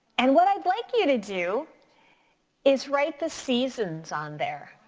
and what i'd like you to do is write the seasons on there.